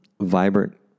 vibrant